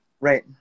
right